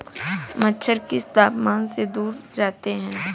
मच्छर किस तापमान से दूर जाते हैं?